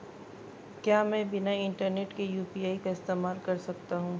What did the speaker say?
क्या मैं बिना इंटरनेट के यू.पी.आई का इस्तेमाल कर सकता हूं?